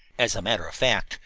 as a matter of fact,